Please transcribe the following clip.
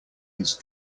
his